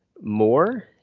more